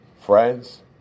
friends